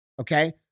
okay